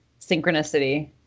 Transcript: synchronicity